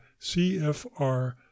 CFR